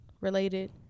related